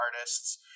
artists